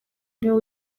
niwe